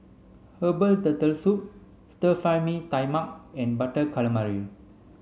herbal turtle soup Stir Fry Mee Tai Mak and butter calamari